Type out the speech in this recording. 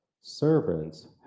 servants